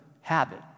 habit